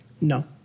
No